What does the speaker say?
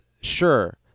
sure